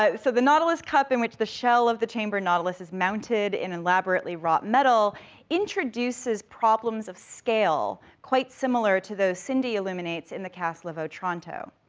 um so the nautilus cup, in which the shell of the chambered nautilus is mounted in elaborately wrought metal introduces problems of scale, quite similar to those cindy illuminates in the castle of otranto,